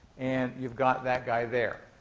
and you've got that guy there.